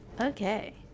Okay